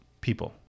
people